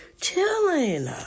Chilling